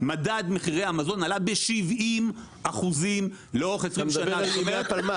מדד מחירי המזון עלה ב-70% לאורך 20 שנה -- אתה מדבר מימי הפלמ"ח.